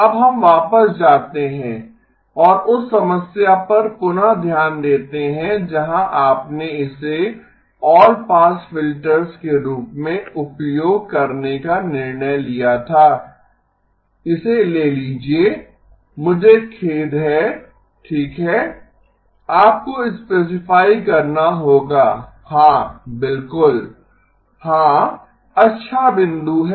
अब हम वापस जाते हैं और उस समस्या पर पुनः ध्यान देते हैं जहां आपने इसे ऑल पास फिल्टर्स के रूप में उपयोग करने का निर्णय लिया था इसे ले लीजिए मुझे खेद है ठीक है आपको स्पेसिफाई करना होगा हां बिल्कुल हां अच्छा बिंदु है